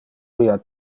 via